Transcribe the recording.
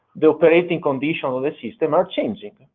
the operating conditions of the system are changing.